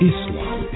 Islam